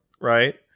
right